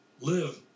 live